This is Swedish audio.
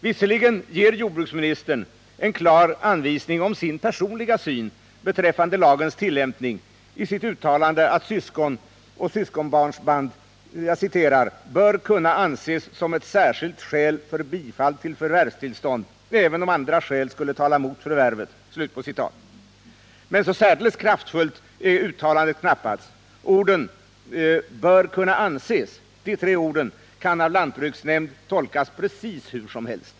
Visserligen ger jordbruksministern en klar anvisning om sin personliga syn beträffande lagens tillämpning, i sitt uttalande att syskonoch syskonbarnsband ”bör kunna anses som ett särskilt skäl för bifall till förvärvstillstånd även om andra skäl skulle tala emot förvärvet” , men så särdeles kraftfullt är uttalandet knappast, och de tre orden ”bör kunna anses” kan av lantbruksnämnd tolkas precis hur som helst.